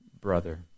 brother